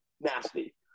Nasty